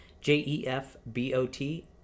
J-E-F-B-O-T